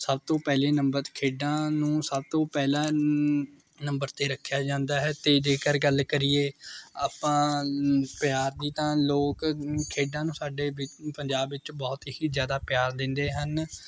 ਸਭ ਤੋਂ ਪਹਿਲੇ ਨੰਬਰ ਖੇਡਾਂ ਨੂੰ ਸਭ ਤੋਂ ਪਹਿਲਾਂ ਨੰਬਰ 'ਤੇ ਰੱਖਿਆ ਜਾਂਦਾ ਹੈ ਅਤੇ ਜੇਕਰ ਗੱਲ ਕਰੀਏ ਆਪਾਂ ਪਿਆਰ ਦੀ ਤਾਂ ਲੋਕ ਖੇਡਾਂ ਨੂੰ ਸਾਡੇ ਵਿੱ ਪੰਜਾਬ ਵਿੱਚ ਬਹੁਤ ਹੀ ਜ਼ਿਆਦਾ ਪਿਆਰ ਦਿੰਦੇ ਹਨ